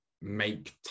make